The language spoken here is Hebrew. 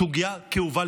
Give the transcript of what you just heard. סוגיה כאובה,